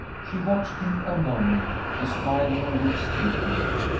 she watched him a moment, the smile on her lips deepening.